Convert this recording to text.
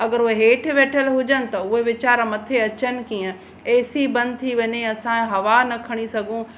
अगरि उहे हेठि वेठियलु हुजनि त उहे वीचारा मथे अचनि कीअं एसी बंदि थी वञे असां हवा न खणी सघूं